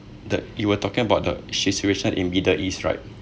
that you were talking about the situation in middle east right